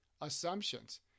assumptions